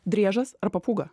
driežas ar papūga